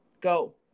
go